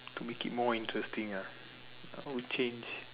to make it more interesting ah I would change